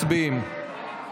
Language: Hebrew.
מצביעים.